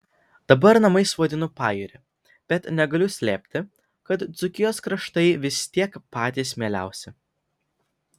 dabar namais vadinu pajūrį bet negaliu slėpti kad dzūkijos kraštai vis tiek patys mieliausi